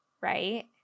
Right